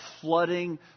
flooding